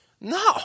No